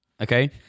Okay